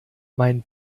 mein